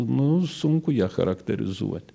nu sunku ją charakterizuoti